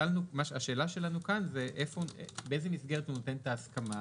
השאלה שלנו כאן היא באיזו מסגרת ניתנת ההסכמה